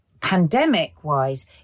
pandemic-wise